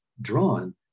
drawn